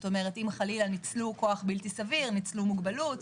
אם חלילה ניצלו כוח בלתי סביר, ניצלו מוגבלות,